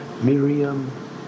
Miriam